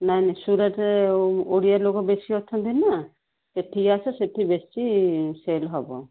ନାହିଁ ସୁରଟରେ ଓଡି଼ଆ ଲୋକ ବେଶି ଅଛନ୍ତିନା ସେଠିକି ଆସ ସେଇଠି ବେଶି ସେଲ୍ ହବ